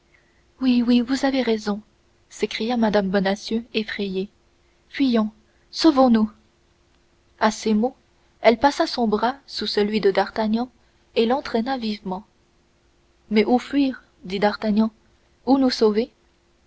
oui oui vous avez raison s'écria mme bonacieux effrayée fuyons sauvons-nous à ces mots elle passa son bras sous celui de d'artagnan et l'entraîna vivement mais où fuir dit d'artagnan où nous sauver